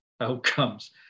outcomes